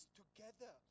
together